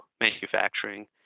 manufacturing